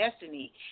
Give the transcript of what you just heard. destiny